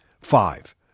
Five